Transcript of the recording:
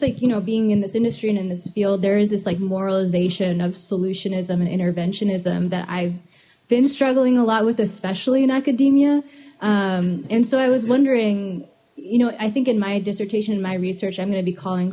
like you know being in this industry and in this field there is this like moralization of solution ism and intervention ism that i've been struggling a lot with especially in academia and so i was wondering you know i think in my dissertation in my research i'm going to be calling